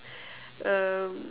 um